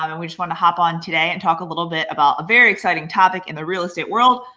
um and we just wanna hop on today and talk a little bit about a very exciting topic in the real estate world,